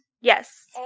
Yes